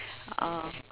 oh